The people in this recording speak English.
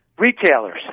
Retailers